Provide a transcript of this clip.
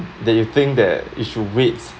that you think that it should waits